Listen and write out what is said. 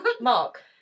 Mark